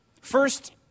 First